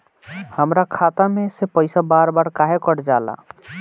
हमरा खाता में से पइसा बार बार काहे कट जाला?